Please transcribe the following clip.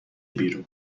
بیرون